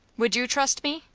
would you trust me?